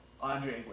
Andre